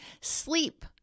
Sleep